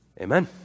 Amen